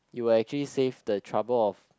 you will actually save the trouble of